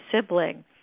sibling